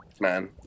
Man